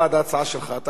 אתה כבר מחוץ לרשימה.